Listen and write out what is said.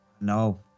No